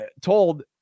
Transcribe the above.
told